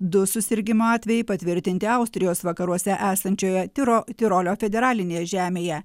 du susirgimo atvejai patvirtinti austrijos vakaruose esančioje tiro tirolio federalinėje žemėje